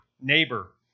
neighbor